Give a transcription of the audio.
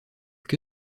que